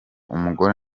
umugore